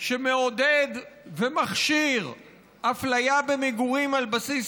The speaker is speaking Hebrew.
שמעודד ומכשיר אפליה במגורים על בסיס